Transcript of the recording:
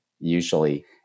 usually